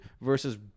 versus